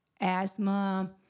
asthma